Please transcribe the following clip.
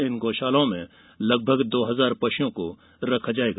इन गौशालाओं में लगभग दो हजार पशुओं को रखा जायेगा